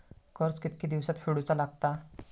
कर्ज कितके दिवसात फेडूचा लागता?